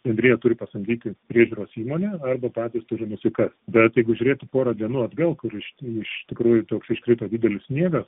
bendrija turi pasamdyti priežiūros įmonę arba patys turi nusikast bet jeigu žiūrėti porą dienų atgal kur iš iš tikrųjų toks iškrito didelis sniegas